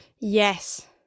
Yes